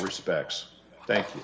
respects thank you